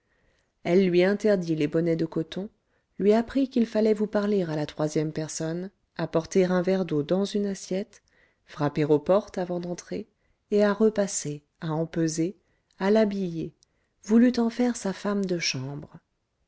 elle lui interdit les bonnets de coton lui apprit qu'il fallait vous parler à la troisième personne apporter un verre d'eau dans une assiette frapper aux portes avant d'entrer et à repasser à empeser à l'habiller voulut en faire sa femme de chambre